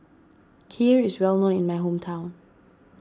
Kheer is well known in my hometown